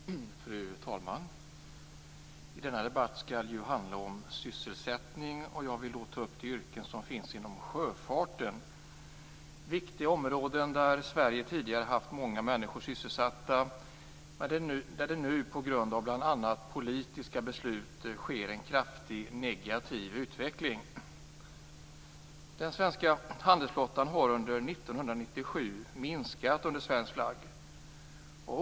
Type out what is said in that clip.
Fru talman! Denna debatt skall ju handla om sysselsättning, och jag vill då ta upp de yrken som finns inom sjöfarten. Det är ett viktigt område där Sverige tidigare har haft många människor sysselsatta, men där det nu på grund av bl.a. politiska beslut sker en kraftig negativ utveckling. Den svenska handelsflottan under svensk flagg har under 1997 minskat.